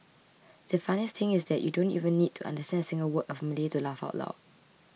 the funniest thing is that you don't even need to understand a single word of Malay to laugh out loud